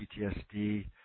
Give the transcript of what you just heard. PTSD